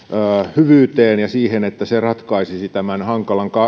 hyvyyteen ja siihen että se ratkaisisi tämän hankalan